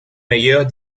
meilleures